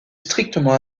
strictement